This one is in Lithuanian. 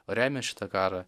remia šitą karą